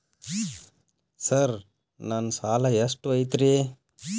Sir ನನ್ನ ಸಾಲಾ ಎಷ್ಟು ಐತ್ರಿ?